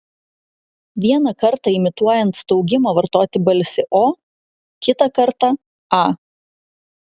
vieną kartą imituojant staugimą vartoti balsį o kitą kartą a